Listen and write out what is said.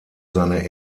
seine